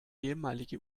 ehemalige